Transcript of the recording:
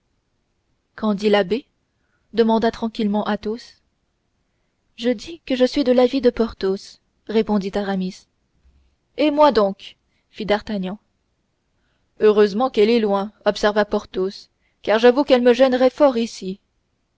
dit l'abbé demanda tranquillement athos je dis que je suis de l'avis de porthos répondit aramis et moi donc fit d'artagnan heureusement qu'elle est loin observa porthos car j'avoue qu'elle me gênerait fort ici